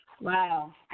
Wow